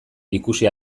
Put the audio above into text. ikusi